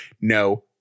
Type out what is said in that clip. no